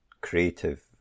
creative